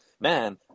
man –